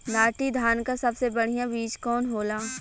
नाटी धान क सबसे बढ़िया बीज कवन होला?